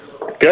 Good